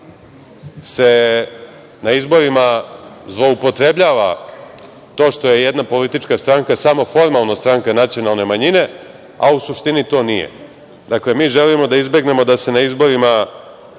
se na izborima zloupotrebljava to što je jedna politička stranka samo formalno stranka nacionalne manjine, a u suštini to nije. Dakle, mi želimo da izbegnemo da se na izborima